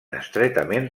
estretament